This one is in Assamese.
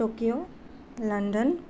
Tokyo London